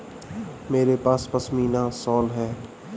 मेरे पास पशमीना शॉल है